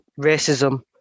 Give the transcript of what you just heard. racism